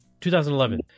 2011